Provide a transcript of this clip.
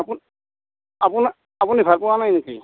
আপু আপোনাৰ আপুনি ভাল পোৱা নাই নেকি